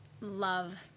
Love